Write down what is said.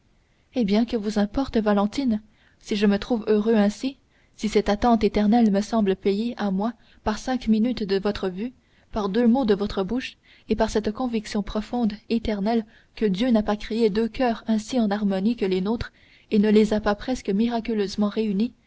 eh bien que vous importe valentine si je me trouve heureux ainsi si cette attente éternelle me semble payée à moi par cinq minutes de votre vue par deux mots de votre bouche et par cette conviction profonde éternelle que dieu n'a pas créé deux coeurs aussi en harmonie que les nôtres et ne les a pas presque miraculeusement réunis